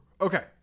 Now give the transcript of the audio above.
Okay